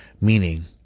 Meaning